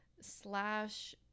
slash